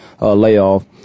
layoff